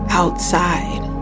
outside